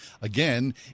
again